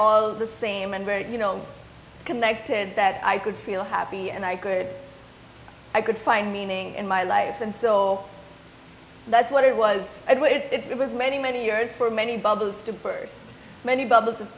all the same and very connected that i could feel happy and i could i could find meaning in my life and so that's what it was it was many many years for many bubbles to burst many bu